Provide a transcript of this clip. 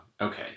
okay